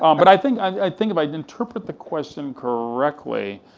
um but i think i think if i've interpreted the question correctly,